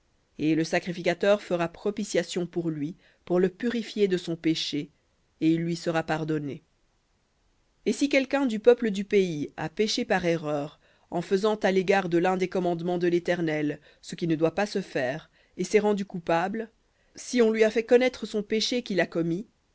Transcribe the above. et le sacrificateur fera propitiation pour lui de son péché et il lui sera pardonné v et si quelqu'un du peuple du pays a péché par erreur en faisant à l'égard de l'un des commandements de l'éternel ce qui ne doit pas se faire et s'est rendu coupable si on lui a fait connaître son péché qu'il a commis